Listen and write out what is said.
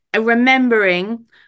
remembering